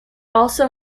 also